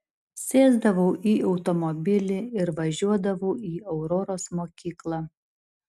sėsdavau į automobilį ir važiuodavau į auroros mokyklą